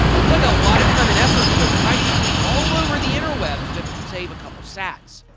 seems like a lot of time and effort to go price shopping all over the interwebs to save a couple sats.